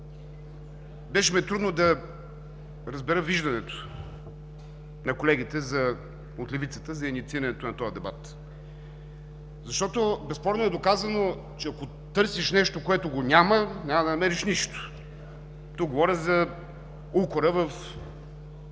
беше ми трудно да разбера виждането на колегите от левицата за инициирането на този дебат. Безспорно е доказано, че ако търсиш нещо, което го няма, няма да намериш нищо – говоря за укора в